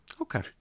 Okay